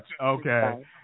Okay